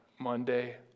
Monday